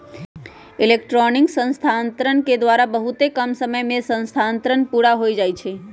electronic स्थानान्तरण के द्वारा बहुते कम समय में स्थानान्तरण पुरा हो जाइ छइ